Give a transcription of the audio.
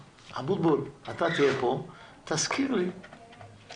אבוטבול, אתה תהיה פה, תזכיר לי שנשאל